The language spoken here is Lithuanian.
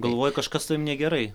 galvoji kažkas su tavim negerai